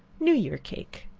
new year cake.